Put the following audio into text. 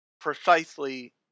precisely